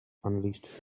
unleashed